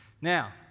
Now